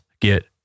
get